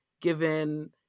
given